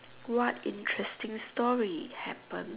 what interesting story happened